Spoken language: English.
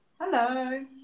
Hello